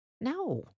No